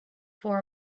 for